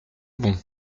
bon